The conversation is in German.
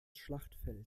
schlachtfeld